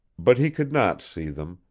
but he could not see them,